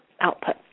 output